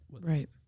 Right